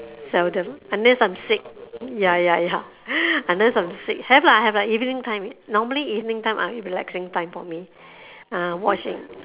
seldom unless I'm sick ya ya ya unless I'm sick have lah have lah evening time normally evening time is relaxing time for me ah watching